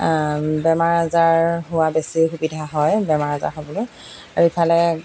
বেমাৰ আজাৰ হোৱা বেছি সুবিধা হয় বেমাৰ আজাৰ হ'বলৈ আৰু ইফালে